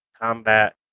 combat